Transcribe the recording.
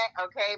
Okay